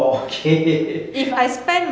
[oh]okay